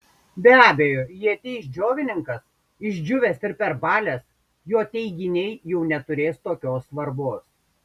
be abejo jei ateis džiovininkas išdžiūvęs ir perbalęs jo teiginiai jau neturės tokios svarbos